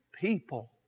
people